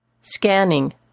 Scanning